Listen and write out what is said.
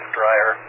dryer